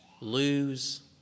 lose